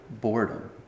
boredom